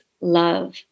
love